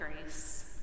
grace